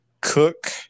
Cook